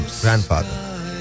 grandfather